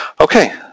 Okay